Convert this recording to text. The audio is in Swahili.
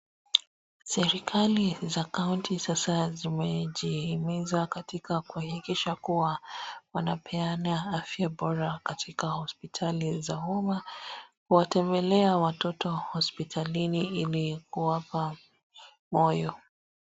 Serikali za kaunti sasa zimejihimiza katika kuhakikisha kuwa wanapeana afya bora katika hospitali za umma, kuwatembelea watoto hospitalini ili kuwapa moyo.